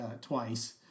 twice